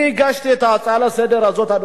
אני הגשתי את ההצעה הזאת לסדר-היום,